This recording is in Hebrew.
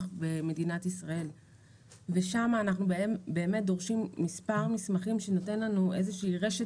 במדינת ישראל ושם אנחנו באמת דורשים מספר מסמכים שנותן לנו איזושהי רשת